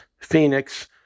Phoenix